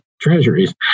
treasuries